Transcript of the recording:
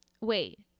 Wait